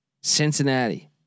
Cincinnati